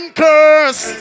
curse